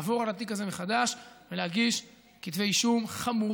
לעבור על התיק הזה מחדש ולהגיש כתבי אישום חמורים